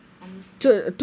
anushka